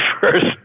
first